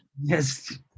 Yes